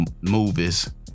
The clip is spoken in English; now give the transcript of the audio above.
movies